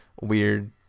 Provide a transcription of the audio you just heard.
weird